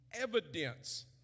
evidence